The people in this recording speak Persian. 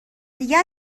دیگر